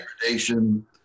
degradation